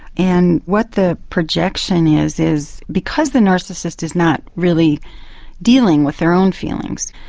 and what the projection is is because the narcissist is not really dealing with their own feelings,